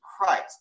Christ